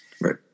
Right